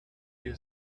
you